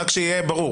רק שיהיה ברור.